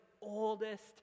oldest